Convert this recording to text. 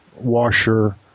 washer